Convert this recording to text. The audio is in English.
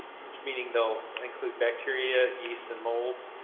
which meaning they'll include bacteria, yeast and molds.